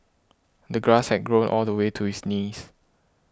the grass had grown all the way to his knees